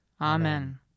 Amen